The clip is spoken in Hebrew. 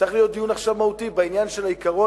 צריך להיות דיון מהותי עכשיו בעניין של העיקרון,